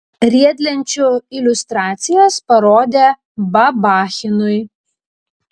riedlenčių iliustracijas parodė babachinui